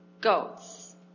goats